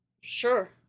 Sure